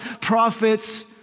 prophets